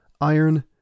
iron